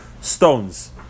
stones